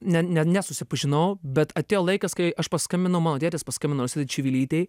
ne ne ne susipažinau bet atėjo laikas kai aš paskambino mano tėtis paskambino rositai čivilytei